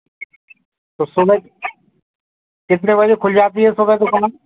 तो सुबह कितने बजे खुल जाती है सुबह दुकान